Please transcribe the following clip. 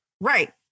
Right